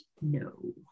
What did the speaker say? No